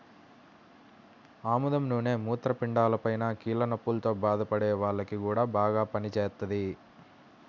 ఆముదం నూనె మూత్రపిండాలపైన, కీళ్ల నొప్పుల్తో బాధపడే వాల్లకి గూడా బాగా పనిజేత్తది